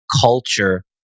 culture